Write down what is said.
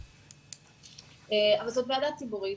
זו ועדה ציבורית,